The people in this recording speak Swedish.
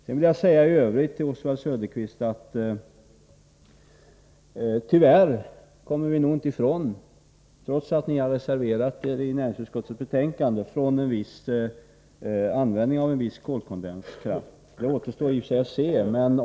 Jag vill i övrigt säga till Oswald Söderqvist att vi tyvärr nog inte kommer ifrån — trots att ni har reserverat er till utskottets betänkande — användningen av en viss mängd kolkondenskraft. Det återstår i och för sig att se.